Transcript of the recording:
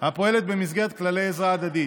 הפועלת במסגרת כללי עזרה הדדית.